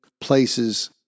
places